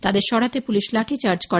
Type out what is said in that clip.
তাদের সরাতে পুলিশ লাঠিচার্জ করে